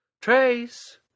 Trace